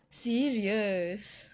serious